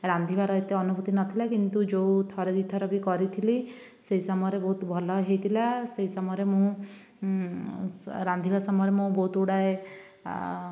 ରାନ୍ଧିବାର ଏତେ ଅନୁଭୂତି ନଥିଲା କିନ୍ତୁ ଯେଉଁ ଥରେ ଦୁଇଥର କରିଥିଲି ସେ ସମୟରେ ବହୁତ ଭଲ ହୋଇଥିଲା ସେଇ ସମୟରେ ମୁଁ ରାନ୍ଧିବା ସମୟରେ ମୁଁ ବହୁତ ଗୁଡ଼ାଏ